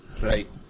right